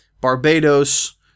Barbados